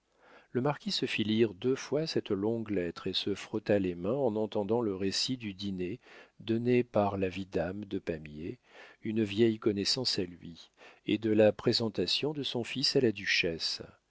le marquis se fit lire deux fois cette longue lettre et se frotta les mains en entendant le récit du dîner donné par le vidame de pamiers une vieille connaissance à lui et de la présentation de son fils à la duchesse